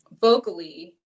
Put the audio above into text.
vocally